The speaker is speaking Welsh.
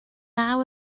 naw